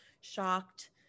shocked